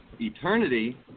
Eternity